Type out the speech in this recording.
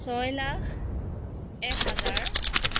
ছয় লাখ এক হাজাৰ